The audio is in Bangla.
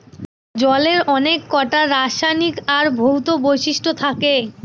জলের অনেককটা রাসায়নিক আর ভৌত বৈশিষ্ট্য থাকে